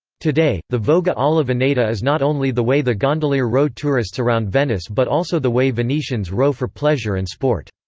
today, the voga alla veneta is not only the way the gondolier row tourists around venice but also the way venetians row for pleasure and sport.